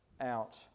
out